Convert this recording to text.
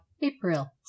April